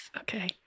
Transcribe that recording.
Okay